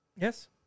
yes